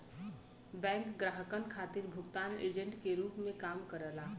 bank ग्राहकन खातिर भुगतान एजेंट के रूप में काम करला